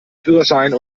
führerschein